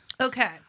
Okay